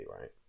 right